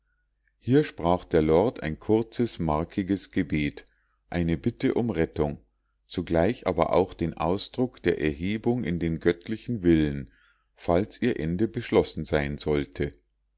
hier sprach der lord ein kurzes markiges gebet eine bitte um rettung zugleich aber auch den ausdruck der ergebung in den göttlichen willen falls ihr ende beschlossen sein sollte